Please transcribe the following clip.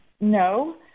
no